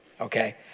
okay